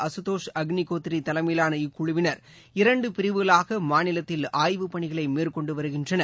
அசுதோஷ் அக்ளிகோத்ரி தலைமையிலாள இக்குழுவினர் இரண்டு பிரிவுகளாக மாநிலத்தில் ஆய்வுப் பணிகளை மேற்கொண்டு வருகின்றனர்